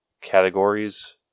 categories